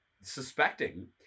suspecting